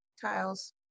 tiles